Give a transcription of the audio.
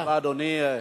תודה רבה, אדוני.